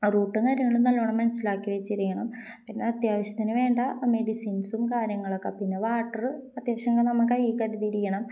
റൂട്ടും കാര്യങ്ങളും നല്ലവണ്ണം മനസ്സിലാക്കിവെച്ചിരിക്കണം പിന്നെ അത്യാവശ്യത്തിന് വേണ്ട മെഡിസിൻസും കാര്യങ്ങളുമൊക്കെ പിന്നെ വാട്ടര് അത്യാവശ്യത്തിന് നമ്മള് കയ്യില് കരുതിയിരിക്കണം